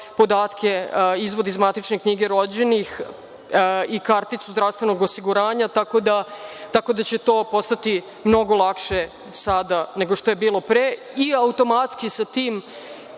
podatke, izvod iz matičnih knjiga rođenih, karticu zdravstvenog osiguranja. Tako da će to postati mnogo lakše sada nego što je bilo pre i automatski sa tim